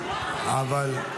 אבל,